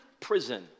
prison